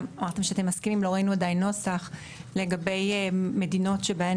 לא ראינו עדיין נוסח לגבי מדינות שבהן